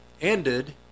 ended